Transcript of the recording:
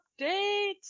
Updates